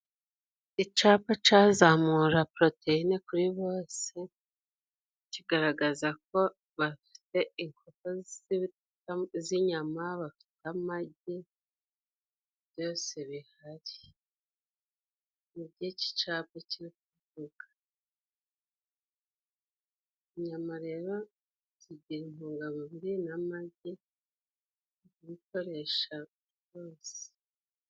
Icapa ca zamura poroteyine kuri bose kigaragaza ko bafite inkoko z'inyama, bafite amagi, byose bihari, nibyo ici capa ciri kuvuga. Inyama rero zigira intungamubiri n'amagi, ubikoresha byose.